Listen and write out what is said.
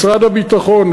משרד הביטחון,